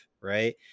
Right